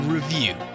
Review